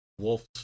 Wolf's